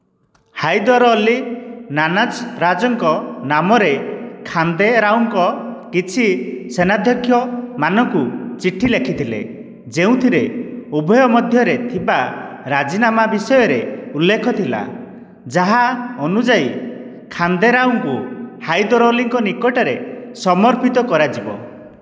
ହାଇଦର ଅଲି ନାନଜରାଜଙ୍କ ନାମରେ ଖାନ୍ଦେ ରାଓଙ୍କ କିଛି ସେନାଧ୍ୟକ୍ଷ ମାନଙ୍କୁ ଚିଠି ଲେଖିଥିଲେ ଯେଉଁଥିରେ ଉଭୟ ମଧ୍ୟରେ ଥିବା ରାଜିନାମା ବିଷୟରେ ଉଲ୍ଲେଖ ଥିଲା ଯାହା ଅନୁଯାୟୀ ଖାନ୍ଦେ ରାଓଙ୍କୁ ହାଇଦର ଅଲିଙ୍କ ନିକଟରେ ସମର୍ପିତ କରାଯିବ